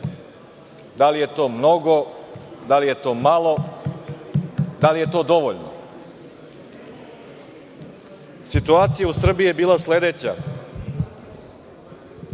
da li je to mnogo, da li je to malo, da li je to dovoljno. Situacija u Srbiji je bila sledeća.